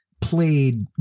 played